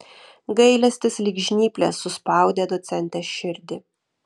gailestis lyg žnyplės suspaudė docentės širdį